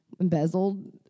embezzled